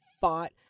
fought